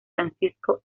francisco